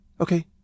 okay